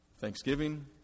Thanksgiving